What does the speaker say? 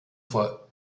for